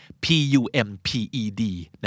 P-U-M-P-E-D